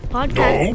Podcast